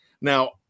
Now